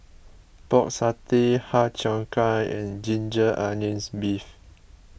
Pork Satay Har Cheong Gai and Ginger Onions Beef